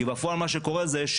כי בפועל מה שקורה זה,